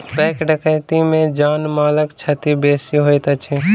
bank डकैती मे जान मालक क्षति बेसी होइत अछि